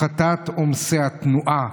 הפחתת עומסי התנועה,